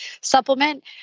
supplement